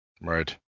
Right